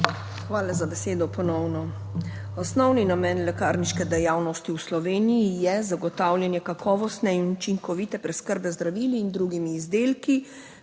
Hvala za besedo, ponovno. Osnovni namen lekarniške dejavnosti v Sloveniji je zagotavljanje kakovostne in učinkovite preskrbe z zdravili in drugimi izdelki